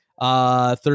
third